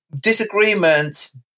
disagreements